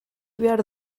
behar